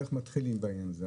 את ההתחלה של העניין הזה.